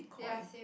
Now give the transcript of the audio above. ya same